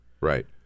Right